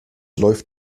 läuft